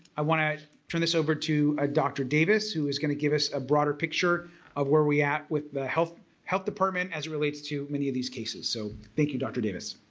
i want to turn this over to ah dr. davis who is going to give us a broader picture of where we at with the health health department as it relates to many of these cases so thank you dr. davis.